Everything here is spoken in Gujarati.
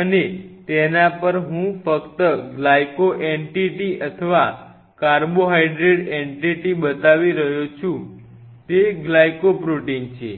અને તેના પર હું ફક્ત ગ્લાયકોલ એન્ટિટી અથવા કાર્બોહાઇડ્રેટ એન્ટિટી બતાવી રહ્યો છું તે ગ્લાયકોપ્રોટીન છે